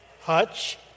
Hutch